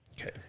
Okay